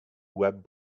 web